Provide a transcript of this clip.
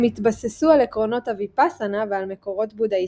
הם התבססו על עקרונות הויפאסנה ועל מקורות בודהיסטיים.